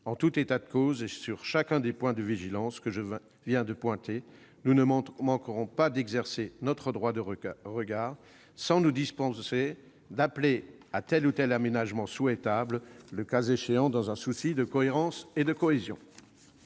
En tout état de cause, et sur chacun des points de vigilance que je viens de pointer, nous ne manquerons pas d'exercer notre droit de regard, sans nous dispenser d'appeler à tel ou tel aménagement souhaitable, le cas échéant, dans un souci de cohérence et de cohésion.